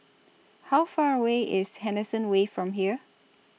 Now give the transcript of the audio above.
How Far away IS Henderson Wave from here